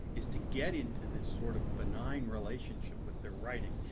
is to get into this sort of benign relationship with their writing,